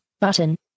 Button